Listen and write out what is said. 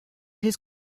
his